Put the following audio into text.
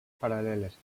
paral·leles